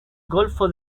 golfo